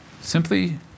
simply